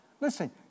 Listen